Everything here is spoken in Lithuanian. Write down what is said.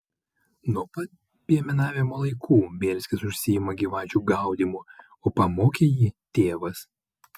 nuo pat piemenavimo laikų bielskis užsiima gyvačių gaudymu o pamokė jį tėvas